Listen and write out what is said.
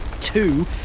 two